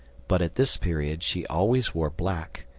but at this period she always wore black,